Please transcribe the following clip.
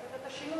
לעשות את השינוי,